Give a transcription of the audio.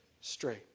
straight